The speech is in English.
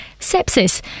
sepsis